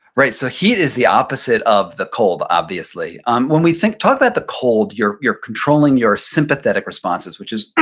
right. so, heat is the opposite of the cold, obviously. um when we think, talk about the cold, you're controlling your sympathetic responses which is,